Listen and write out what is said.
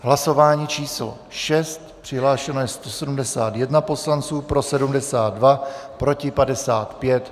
Hlasování číslo 6, přihlášeno 171 poslanci, pro 72, proti 55.